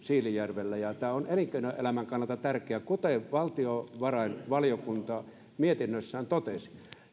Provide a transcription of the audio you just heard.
siilinjärvellä tämä on elinkeinoelämän kannalta tärkeä kuten valtiovarainvaliokunta mietinnössään totesi